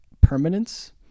permanence